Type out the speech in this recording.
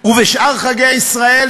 ובשאר חגי ישראל,